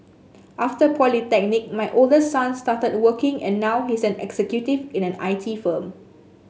after polytechnic my oldest son started working and now he's an executive in an I T firm